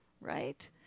right